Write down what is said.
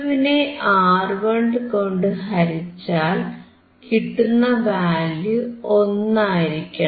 R2 വിനെ R1 കൊണ്ടു ഹരിച്ചാൽ കിട്ടുന്ന വാല്യൂ 1 ആയിരിക്കണം